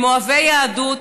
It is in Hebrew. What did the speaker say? הם אוהבי יהדות,